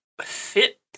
fit